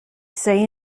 say